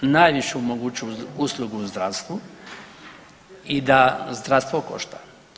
najvišu moguću usluga u zdravstvu i da zdravstvo košta.